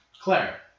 Claire